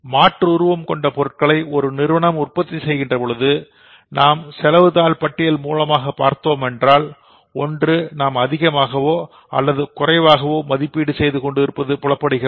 மாற்று உருவம் கொண்ட பொருட்களை ஒரு நிறுவனம் உற்பத்தி செய்கின்ற பொழுது நாம் செலவு தாள்பட்டியல் மூலமாக பார்த்தோமென்றால் ஒன்று நாம் அதிகமாகவோ அல்லது குறைவாகவோ மதிப்பீடு செய்து இருப்பது புலப்படுகிறது